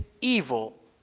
evil